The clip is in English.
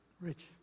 Rich